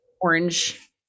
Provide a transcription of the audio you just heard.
orange